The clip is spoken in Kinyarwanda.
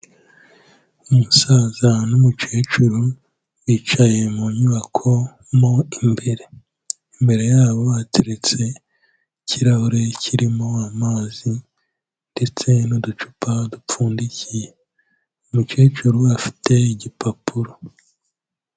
Umusaza n'umukecuru bicaye mu nyubako mo imbere, imbere yabo hateretse ikirahure kirimo amazi, ndetse n'uducupa dupfundikiye, umukecuru afite igipapuro.